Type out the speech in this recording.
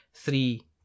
three